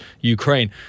Ukraine